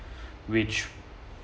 which